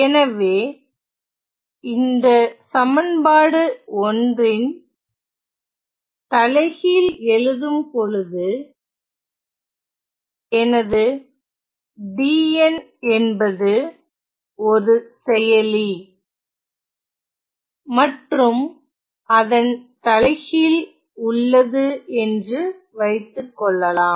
எனவே இந்த சமன்பாடு ன் தலைகீழ் எழுதும்பொழுது எனது Dn என்பது ஒரு செயலி மற்றும் அதன் தலைகீழ் உள்ளது என்று வைத்துக்கொள்ளலாம்